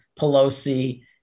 Pelosi